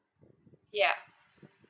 ya